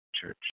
church